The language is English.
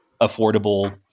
affordable